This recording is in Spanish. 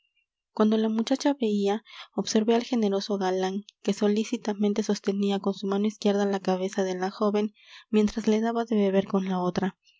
cuando la muchacha bebía observé al generoso galán que solícitamente sostenía con su mano izquierda la cabeza de la joven mientras le daba de beber con la otra